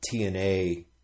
TNA